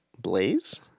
Blaze